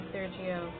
Sergio